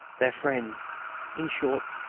their friends in short,